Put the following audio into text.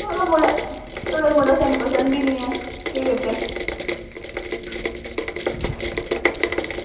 तुआड़ा मुड़ा तुआड़ा मुड़ा सानूं पसंद निं ऐ केह् करचै